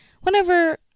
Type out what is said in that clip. whenever